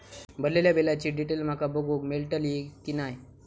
भरलेल्या बिलाची डिटेल माका बघूक मेलटली की नाय?